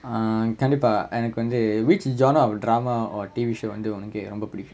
err கண்டிப்பா எனக்கு வந்து:kandippaa enakku vanthu which genre of drama or T_V show வந்து ஒனக்கு ரொம்ப புடிக்கும்:vanthu onakku romba pudikkum